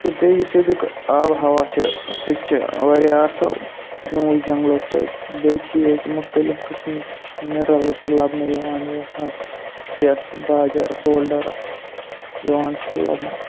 تہٕ بیٚیہِ یُس ییٚتیُک آبہٕ ہوا چھِ سُہ تہِ چھِ واریاہ اَصٕل یِموُے جنٛگلو سۭتۍ بیٚیہِ چھِ ییٚتہِ مختلف قٕسمٕکۍ مٮ۪ٹَلٕز تہِ لَبنہٕ یِوان یَتھ منٛز سٮ۪کھ باجر بولڈَر یِوان چھِ لَبنہٕ